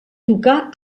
tocà